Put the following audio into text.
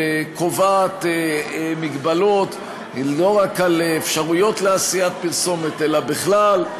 וקובעת מגבלות לא רק על אפשרויות לעשיית פרסומת אלא בכלל.